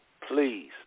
please